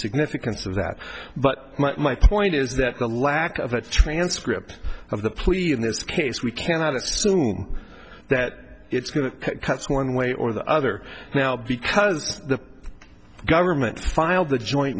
significance of that but my point is that the lack of a transcript of the plea in this case we cannot assume that it's going to cut one way or the other now because the government filed the joint